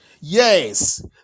yes